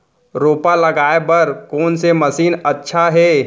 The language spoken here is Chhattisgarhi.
रोपा लगाय बर कोन से मशीन अच्छा हे?